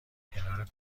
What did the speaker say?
کنار